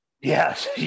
Yes